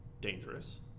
Dangerous